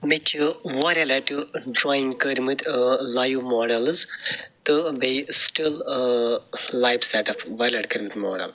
مےٚ چھُ واریاہہِ لَٹہٕ ڈرٛایِنٛگ کٔرمتۍ ٲں لایِو ماڈَلٕز تہٕ بیٚیہِ سٹٕل ٲں لایف سیٚٹ اَپ دۄیہِ لَٹہِ کٔرمٕتۍ ماڈَل